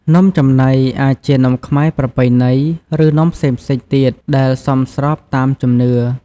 នំចំណី អាចជានំខ្មែរប្រពៃណី ឬនំផ្សេងៗទៀតដែលសមស្របតាមជំនឿ។